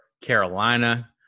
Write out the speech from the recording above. Carolina